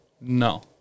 no